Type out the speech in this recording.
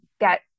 get